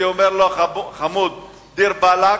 והייתי אומר לו: חמוד, דיר באלכ,